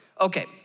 okay